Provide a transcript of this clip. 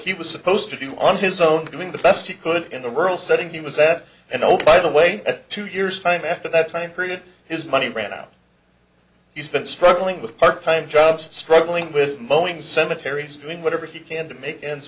he was supposed to do on his own doing the best he could in the rural setting he was that and opine away at two years time after that time period his money ran out he's been struggling with part time jobs struggling with moaning cemetaries doing whatever he can to make ends